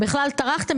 בכלל טרחתם,